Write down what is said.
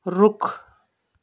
रुख